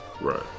Right